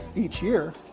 each year,